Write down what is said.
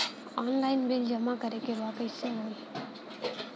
Online bill जमा करे के बा कईसे होगा?